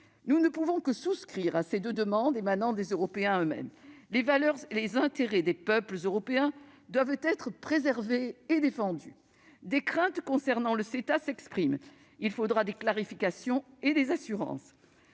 Nous ne pouvons que souscrire à ces deux demandes émanant des Européens eux-mêmes. Les valeurs et les intérêts des peuples européens doivent être préservés et défendus. Des craintes concernant le CETA s'expriment. Il faudra des clarifications et des assurances.